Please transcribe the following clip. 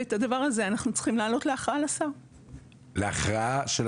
ואת העניין הזה אנחנו צריכים להעלות להכרעה לשר.